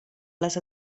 les